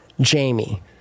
Jamie